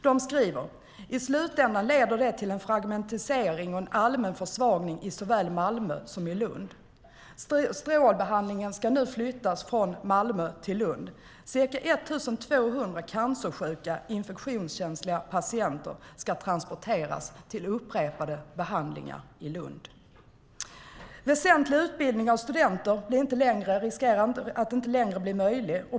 De skriver: I slutändan leder det till en fragmentering och allmän försvagning i såväl Malmö som Lund. Strålbehandlingen ska nu flyttas från Malmö till Lund. Ca 1 200 cancersjuka, infektionskänsliga patienter ska transporteras till upprepade behandlingar i Lund. Väsentlig utbildning av studenter riskerar att inte längre bli möjlig.